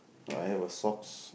I have a socks